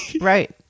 right